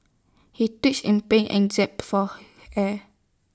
he in pain and jape for air